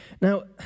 Now